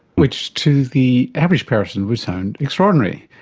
which to the average person would sound extraordinary,